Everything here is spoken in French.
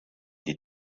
des